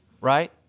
right